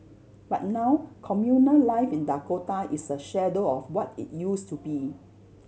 but now communal life in Dakota is a shadow of what it used to be